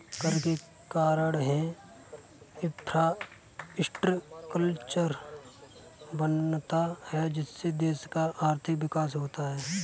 कर के कारण है इंफ्रास्ट्रक्चर बनता है जिससे देश का आर्थिक विकास होता है